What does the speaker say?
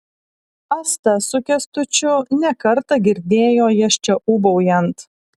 asta su kęstučiu ne kartą girdėjo jas čia ūbaujant